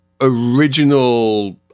original